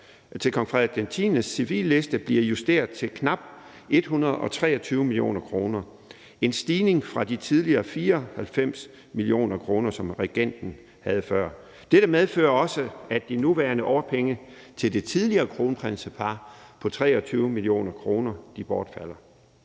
til kong Frederik X's civilliste bliver justeret til knap 123 mio. kr. Det er en stigning fra de tidligere 94 mio. kr., som regenten havde før. Dette medfører også, at de nuværende årpenge til det tidligere kronprinsepar på 23 mio. kr. bortfalder.